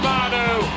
Manu